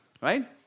Right